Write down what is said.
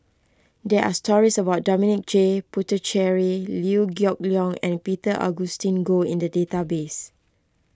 there are stories about Dominic J Puthucheary Liew Geok Leong and Peter Augustine Goh in the database